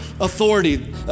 authority